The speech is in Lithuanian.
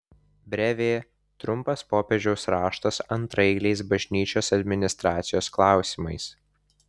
brevė trumpas popiežiaus raštas antraeiliais bažnyčios administracijos klausimais